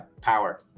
power